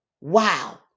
Wow